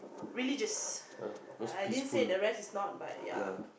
religious I didn't say the rest is not but yeah